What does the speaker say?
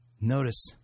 Notice